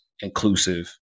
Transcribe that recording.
inclusive